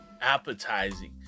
appetizing